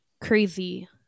crazy